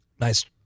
Nice